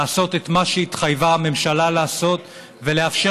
לעשות את מה שהתחייבה הממשלה לעשות ולאפשר